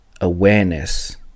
awareness